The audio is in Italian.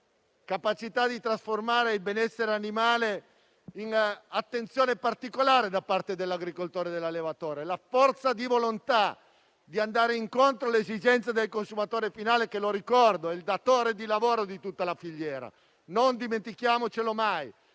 capacità di trasformare il benessere animale in attenzione particolare da parte dell'agricoltore e dell'allevatore, forza di volontà di andare incontro alle esigenze del consumatore finale, che - lo ricordo - è il datore di lavoro di tutta la filiera: non dimentichiamocelo mai,